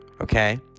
Okay